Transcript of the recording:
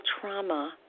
trauma